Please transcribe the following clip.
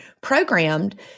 programmed